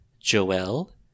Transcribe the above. Joel